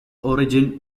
origin